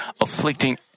afflicting